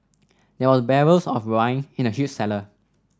there were barrels of wine in the huge cellar